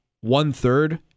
one-third